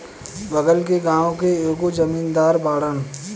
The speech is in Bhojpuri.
बगल के गाँव के एगो जमींदार बाड़न